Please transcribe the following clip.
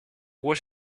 was